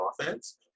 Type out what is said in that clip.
offense